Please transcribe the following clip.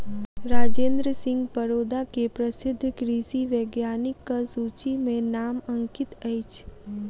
राजेंद्र सिंह परोदा के प्रसिद्ध कृषि वैज्ञानिकक सूचि में नाम अंकित अछि